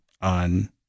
on